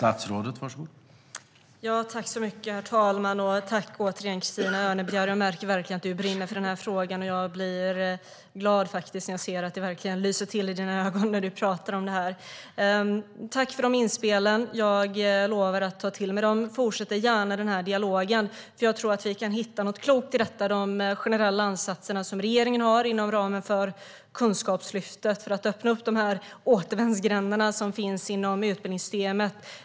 Herr talman! Tack, återigen, Christina Örnebjär! Jag märker att du brinner för den här frågan, och jag blir glad när jag ser att det verkligen lyser till i dina ögon när du pratar om det här. Tack för inspelen! Jag lovar att ta till mig dem och fortsätter gärna den här dialogen. Jag tror att vi kan hitta något klokt i regeringens generella ansatser att inom ramen för Kunskapslyftet öppna upp de återvändsgränder som finns inom utbildningssystemet.